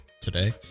today